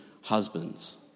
husbands